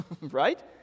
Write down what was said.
right